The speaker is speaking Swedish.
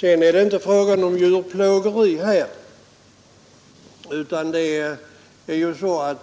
Det är inte fråga om djurplågeri här.